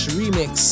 remix